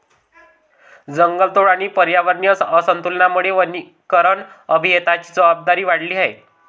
जंगलतोड आणि पर्यावरणीय असंतुलनामुळे वनीकरण अभियंत्यांची जबाबदारी वाढली आहे